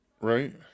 Right